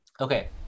Okay